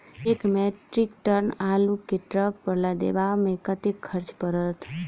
एक metric tonne आलु केँ ट्रक पर लदाबै मे कतेक खर्च पड़त?